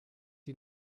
die